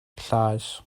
llaes